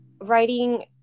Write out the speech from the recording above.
writing